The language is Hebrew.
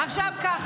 סליחה,